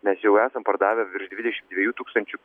mes jau esam pardavę virš dvidešim dviejų tūkstančių